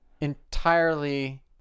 entirely